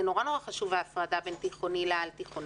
מאוד מאוד חשובה ההפרדה בין תיכוני לעל-תיכוני.